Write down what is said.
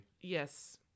Yes